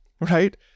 right